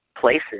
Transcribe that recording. places